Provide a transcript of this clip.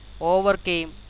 overcame